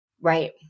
Right